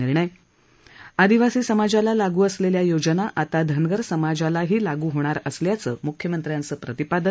निर्णय आदिवासी समाजाला लागू असलेल्या योजना आता धनगर समाजालाही लागू होणार असल्याचं मुख्यमंत्र्यांचं प्रतिपादन